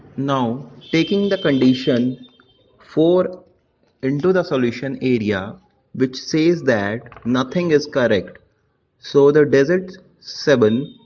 now taking the condition four into the solution area which says that nothing is correct so the digits seven,